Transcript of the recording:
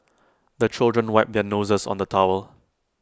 the children wipe their noses on the towel